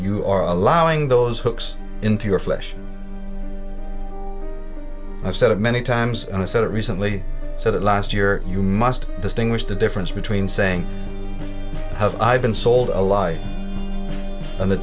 you are allowing those hooks into your flesh i've said it many times and i said it recently so that last year you must distinguish the difference between saying have i been sold a lie and the